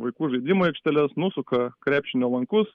vaikų žaidimų aikšteles nusuka krepšinio lankus